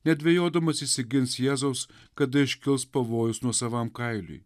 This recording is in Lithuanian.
nedvejodamas išsigins jėzaus kada iškils pavojus nuosavam kailiui